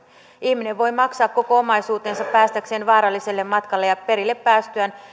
ihminen voi maksaa koko omaisuutensa päästäkseen vaaralliselle matkalle ja perille